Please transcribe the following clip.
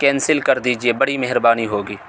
cancel کر دیجیے بڑی مہربانی ہو گی